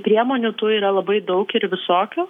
priemonių tų yra labai daug ir visokių